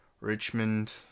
Richmond